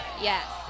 Yes